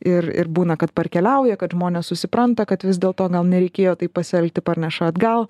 ir ir būna kad parkeliauja kad žmonės susipranta kad vis dėlto gal nereikėjo taip pasielgti parneša atgal